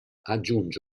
aggiunge